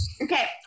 okay